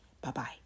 Bye-bye